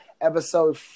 episode